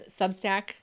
Substack